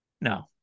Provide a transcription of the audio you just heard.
No